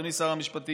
אדוני שר המשפטים,